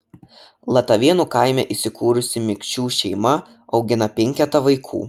latavėnų kaime įsikūrusi mikšių šeima augina penketą vaikų